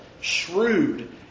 shrewd